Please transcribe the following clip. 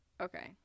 Okay